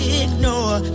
ignore